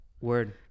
word